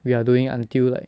we are doing until like